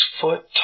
foot